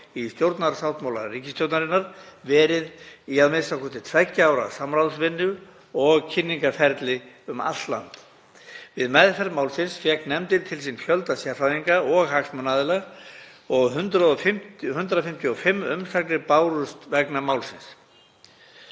í stjórnarsáttmála ríkisstjórnarinnar, verið í a.m.k. tveggja ára samráðsvinnu og kynningarferli um allt land.“ Við meðferð málsins fékk nefndin til sín fjölda sérfræðinga og hagsmunaaðila og bárust 155 umsagnir vegna málsins.